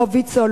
לא ויצו,